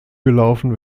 gelaufen